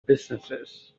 businesses